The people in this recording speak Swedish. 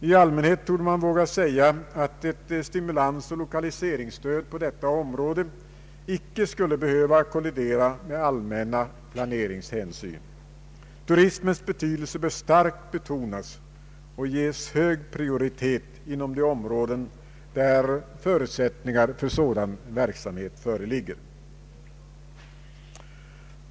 I allmänhet torde man våga säga att ett stimulansoch lokaliseringsstöd på detta område inte skulle behöva kollidera med allmänna planeringshänsyn. Turismens betydelse bör starkt betonas och denna näring ges hög prioritet inom de områden där förutsättningar för sådan verksamhet föreligger.